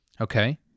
Okay